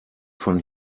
von